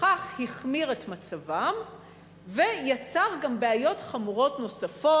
וכך החמיר את מצבם ויצר גם בעיות חמורות נוספות.